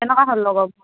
কেনেকুৱা হ'ল লগৰবোৰৰ